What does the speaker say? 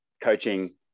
coaching